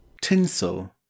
Tinsel